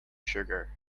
sugar